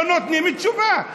לא נותנים תשובה.